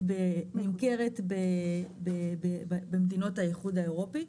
נמכרת במדינות האיחוד האירופי,